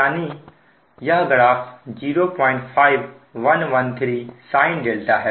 यानी यह graph 05113sin है